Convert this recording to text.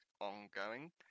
ongoing